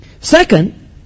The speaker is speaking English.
Second